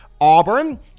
Auburn